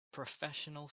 professional